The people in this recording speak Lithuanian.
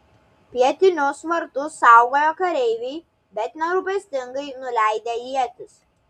pietinius vartus saugojo kareiviai bet nerūpestingai nuleidę ietis